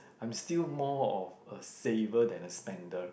I'm still more of a saver than a spender